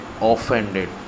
offended